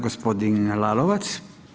Gospodin Lalovac.